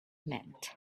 meant